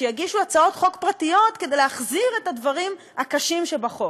שיגישו הצעות חוק פרטיות כדי להחזיר את הדברים הקשים שבחוק.